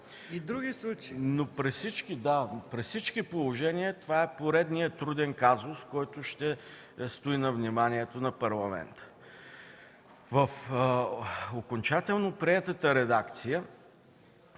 КИРИЛОВ: Да, при всички положения това е поредният труден казус, който ще стои на вниманието на Парламента. В окончателно приетата редакция